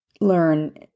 learn